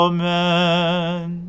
Amen